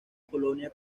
polonia